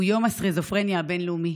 הוא יום הסכיזופרניה הבין-לאומי.